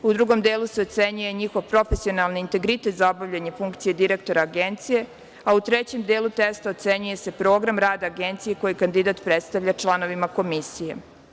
U drugom delu se ocenjuje njihov profesionalni integriteta za obavljanje funkcija direktora Agencije, a u trećem delu testa ocenjuje se program rada Agencije koji kandidat predstavlja članovima Komisije.